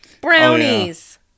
brownies